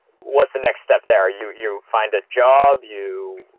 what's the next step there you you find a job you?